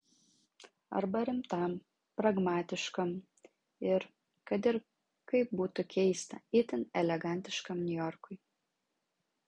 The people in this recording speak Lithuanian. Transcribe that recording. arba rimtam pragmatiškam ir kad ir kaip būtų keista itin elegantiškam niujorkui